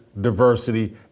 diversity